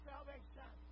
salvation